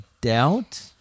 doubt